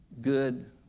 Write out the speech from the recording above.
good